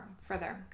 further